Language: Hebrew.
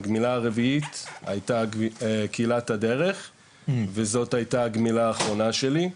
הגמילה הרביעית הייתה קהילת הדרך וזו הייתה הגמילה האחרונה שלי.